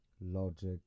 logic